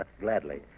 Gladly